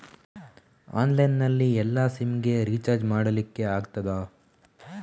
Online ನಲ್ಲಿ ಎಲ್ಲಾ SIM ಗೆ ರಿಚಾರ್ಜ್ ಮಾಡಲಿಕ್ಕೆ ಆಗ್ತದಾ?